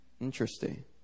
Interesting